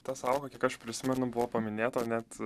ta sąauga kiek aš prisimenu buvo paminėta net